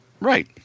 Right